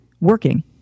working